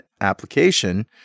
application